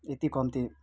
यति कम्ती